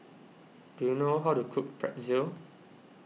do you know how to cook Pretzel